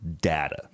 data